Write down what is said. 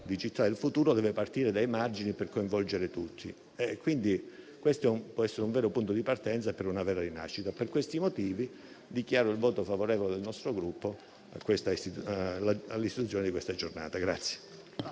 del futuro deve partire dai margini per coinvolgere tutti. Questo può essere un buon punto di partenza per una vera rinascita. Per questi motivi dichiaro il voto favorevole del nostro Gruppo all'istituzione della Giornata nazionale.